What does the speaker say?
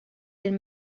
dan